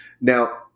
now